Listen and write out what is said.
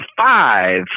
five